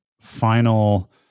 final